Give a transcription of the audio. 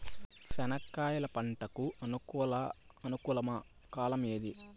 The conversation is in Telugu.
చెనక్కాయలు పంట కు అనుకూలమా కాలం ఏది?